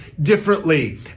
differently